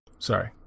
Sorry